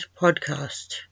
podcast